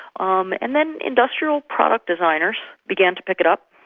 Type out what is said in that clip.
um and then industrial product designers began to pick it up,